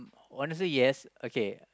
wanna say yes okay